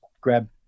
grab